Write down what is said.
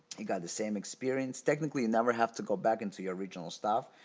you got the same experience. technically, you never have to go back into your original stuff.